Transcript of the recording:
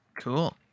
Cool